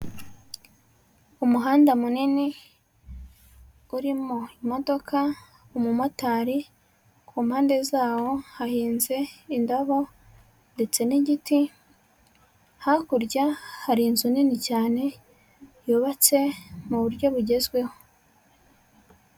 Umuhanda munini urimo imodoka, umumotari, ku mpande zawo hahinze indabo ndetse n'igiti, hakurya hari inzu nini cyane yubatse mu buryo bugezweho.